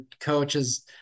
coaches